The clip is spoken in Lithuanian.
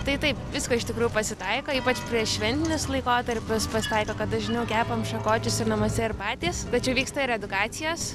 tai taip visko iš tikrųjų pasitaiko ypač prieššventinis laikotarpis pasitaiko kad dažniau kepam šakočius ir namuose ir patys bet čia vyksta ir edukacijos